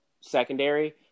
secondary